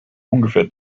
ungefähr